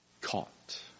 caught